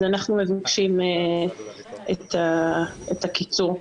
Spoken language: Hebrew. אנחנו מבקשים את הקיצור.